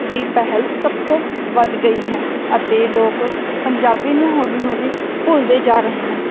ਦੀ ਪਹਿਲ ਸਭ ਤੋਂ ਵੱਧ ਗਈ ਹੈ ਅਤੇ ਲੋਕ ਪੰਜਾਬੀ ਨੂੰ ਹੌਲੀ ਹੌਲੀ ਭੁੱਲਦੇ ਜਾ ਰਹੇ ਹਨ